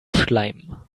schleim